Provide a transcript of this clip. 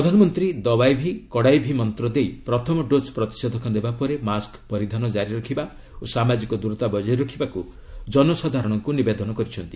ପ୍ରଧାନମନ୍ତ୍ରୀ ଦବାଇ ଭି କଡ଼ାଇ ଭି ମନ୍ତ ଦେଇ ପ୍ରଥମ ଡୋକ୍ ପ୍ରତିଷେଧକ ନେବା ପରେ ମାସ୍କ ପରିଧାନ ଜାରି ରଖିବା ଓ ସାମାଜିକ ଦୂରତା ବଜାୟ ରଖିବାକୁ ଜନସାଧାରଣଙ୍କୁ ନିବେଦନ କରିଛନ୍ତି